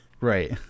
Right